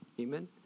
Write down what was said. Amen